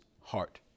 heart